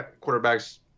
quarterback's